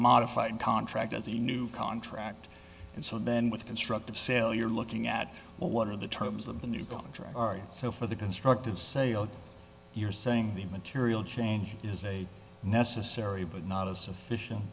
modified contract as a new contract and so then with constructive sale you're looking at well what are the terms of the new go so for the constructive sale you're saying the material change is a necessary but not a sufficient